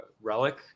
relic